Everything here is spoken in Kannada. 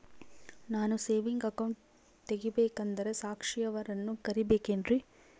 ನಾನು ಸೇವಿಂಗ್ ಅಕೌಂಟ್ ತೆಗಿಬೇಕಂದರ ಸಾಕ್ಷಿಯವರನ್ನು ಕರಿಬೇಕಿನ್ರಿ?